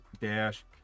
dash